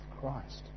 Christ